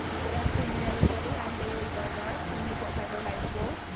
good afternoon everybody. i'm bailey bogard from newport harbor high school.